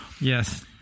yes